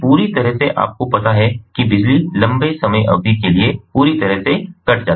तो एक पूरी तरह से आपको पता है कि बिजली लंबी समय अवधि के लिए पूरी तरह से कट जाती है